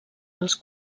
dels